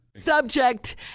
Subject